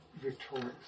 victorious